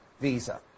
visa